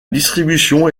distribution